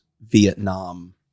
Vietnam